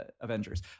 Avengers